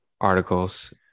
articles